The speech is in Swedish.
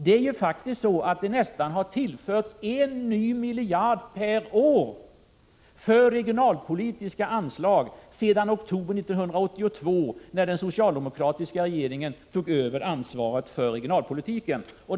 Det är faktiskt så, att nästan en ny miljard per år har tillförts de regionalpolitiska anslagen sedan oktober 1982, då den socialdemokratiska regeringen tog över ansvaret för regionalpolitiken.